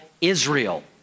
Israel